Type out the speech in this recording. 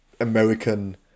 American